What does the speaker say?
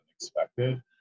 expected